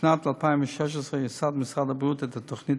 בשנת 2016 יסד משרד הבריאות את התוכנית